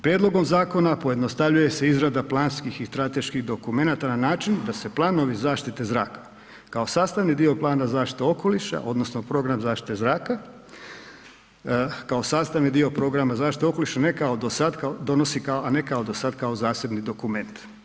Prijedlogom zakona pojednostavljuje se izrada planskih i strateških dokumenata na način da se planovi zaštite zraka kao sastavni dio plana zaštite okoliša odnosno program zaštite zraka, kao sastavni dio programa zaštite okoliša, ne kao do sad donosi, a ne kao do sad kao zasebni dokument.